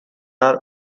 are